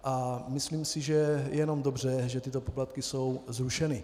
A myslím si, že je jenom dobře, že tyto poplatky jsou zrušeny.